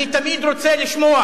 אני תמיד רוצה לשמוע,